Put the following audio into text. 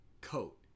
coat